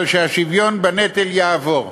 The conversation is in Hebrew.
אבל שהשוויון בנטל יעבור.